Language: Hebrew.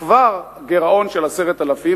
זה הגידול הטבעי שלנו.